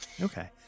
Okay